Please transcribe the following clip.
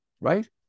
right